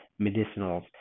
medicinals